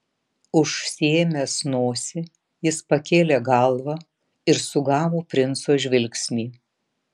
užsiėmęs nosį jis pakėlė galvą ir sugavo princo žvilgsnį